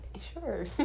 Sure